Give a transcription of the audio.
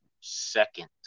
second